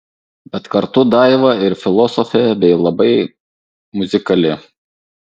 bet kartu daiva ir filosofė bei labai muzikali